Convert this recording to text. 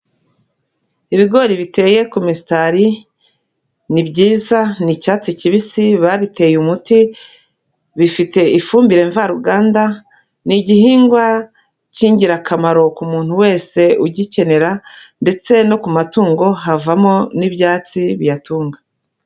Ibigori biteye ku misitari ni byiza ni icyatsi kibisi babiteye umuti, bifite ifumbire mvaruganda, ni igihingwa cy'ingirakamaro ku muntu wese ugikenera ndetse no ku matungo havamo n'ibyatsi biyatunga.